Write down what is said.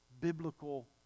biblical